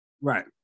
Right